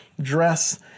dress